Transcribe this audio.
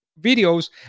videos